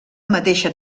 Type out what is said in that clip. mateixa